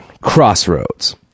Crossroads